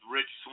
Rich